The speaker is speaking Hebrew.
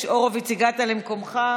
הורוביץ, הגעת למקומך.